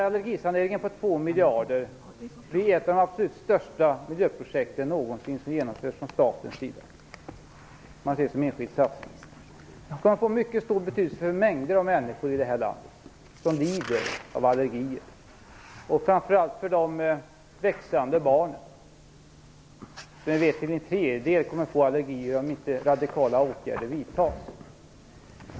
Allergisaneringen om 2 miljarder är ett av de största miljöprojekten någonsin som genomförs från statens sida, om man ser det som en enskild satsning. Den kommer att få mycket stor betydelse för mängder av människor i det här landet som lider av allergier, och framför allt för de växande barn varav en tredjedel kommer att få allergier om inte radikala åtgärder vidtas.